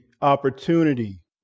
opportunity